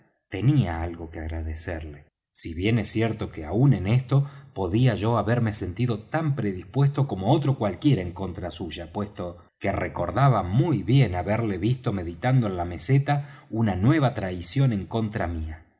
tenía algo que agradecerle si bien es cierto que aun en esto podía yo haberme sentido tan predispuesto como otro cualquiera en contra suya puesto que recordaba muy bien haberle visto meditando en la meseta una nueva traición en contra mía